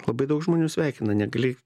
labai daug žmonių sveikina negali